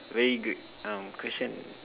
very good um question